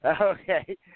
Okay